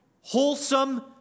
wholesome